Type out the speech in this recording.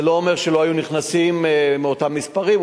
זה לא אומר שלא היו נכנסים אותם מספרים,